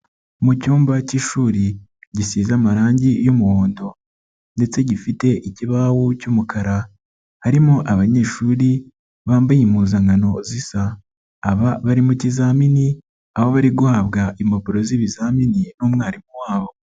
Mu cyumba cy'ishuri gisize amarangi y'umuhondo ndetse gifite ikibaho cy'umukara, harimo abanyeshuri bambaye impuzankano zisa, aba bari mu kizamini aho bari guhabwa impapuro z'ibizamini n'umwarimu wabo.